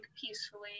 peacefully